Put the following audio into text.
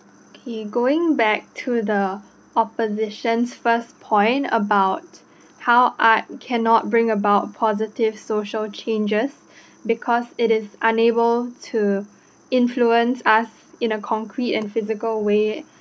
K going back to the opposition's first point about how art cannot bring about positive social changes because it is unable to influence us in a concrete and physical way